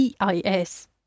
EIS